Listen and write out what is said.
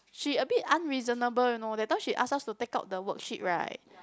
she a bit unreasonable you know that time she asks us to take out the worksheet right